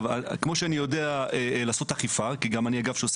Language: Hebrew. כמו שאני יודע לעשות אכיפה,